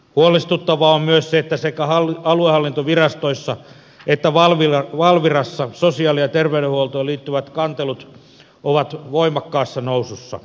huolestuttavaa on myös se että sekä aluehallintovirastoissa että valvirassa sosiaali ja terveydenhuoltoon liittyvät kantelut ovat voimakkaassa nousussa